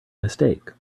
mistake